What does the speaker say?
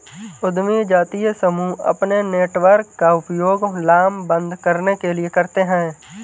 उद्यमी जातीय समूह अपने नेटवर्क का उपयोग लामबंद करने के लिए करते हैं